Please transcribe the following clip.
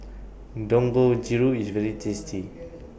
Dangojiru IS very tasty